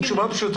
היא מאוד פשוטה.